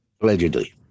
allegedly